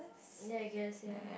ya I guess ya